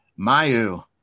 Mayu